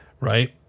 right